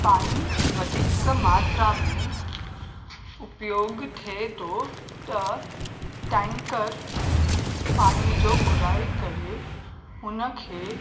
पाणी वधीक मात्रा में उपयोग थिए थो त टैंकर पाणीअ जो घुराए करे उनखे